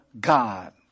God